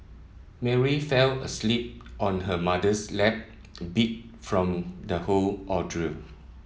Mary fell asleep on her mother's lap beat from the whole ordeal